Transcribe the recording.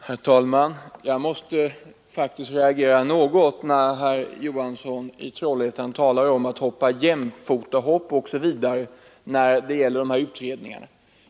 Herr talman! Jag måste faktiskt reagera något inför herr Johanssons i Trollhättan tal om jämfotahopp osv. i samband med dessa utredningar.